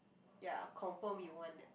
ya confirm you want that